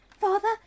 Father